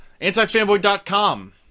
AntiFanboy.com